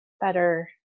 better